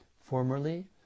Formerly